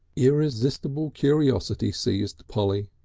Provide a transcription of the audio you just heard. irresistible curiosity seized polly.